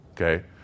okay